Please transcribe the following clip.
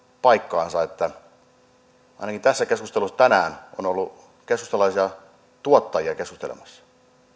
paikkansa että ainakin tässä keskustelussa tänään on ollut keskustalaisia tuottajia keskustelemassa